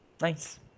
nice